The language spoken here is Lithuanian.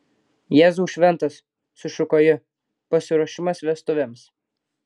jėzau šventas sušuko ji pasiruošimas vestuvėms